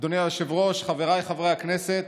אדוני היושב-ראש, חבריי חברי הכנסת,